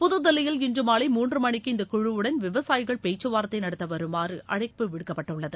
புதுதில்லியில் இன்று மாலை மூன்று மணிக்கு இந்த குழுவுடன் விவசாயிகள் பேச்சுவார்த்தை நடத்த வருமாறு அழைப்பு விடுக்கப்பட்டுள்ளது